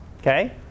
Okay